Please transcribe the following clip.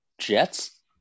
jets